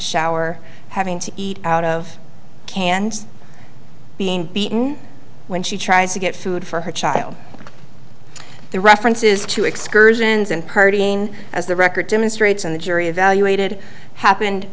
shower having to eat out of cans being beaten when she tries to get food for her child the references to excursions and partying as the record demonstrates and the jury evaluated happened